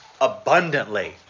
abundantly